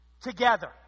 together